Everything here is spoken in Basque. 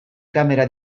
kamera